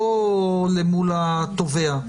לא מול התובע,